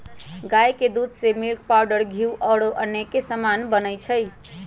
गाई के दूध से मिल्क पाउडर घीउ औरो अनेक समान बनै छइ